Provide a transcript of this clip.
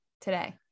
today